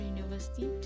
University